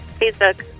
Facebook